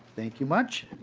thank you much.